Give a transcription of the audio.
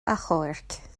achomhairc